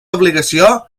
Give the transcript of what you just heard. obligació